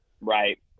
Right